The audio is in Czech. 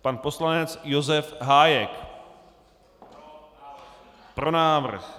Pan poslanec Josef Hájek: Pro návrh.